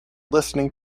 listening